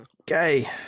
okay